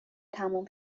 تموم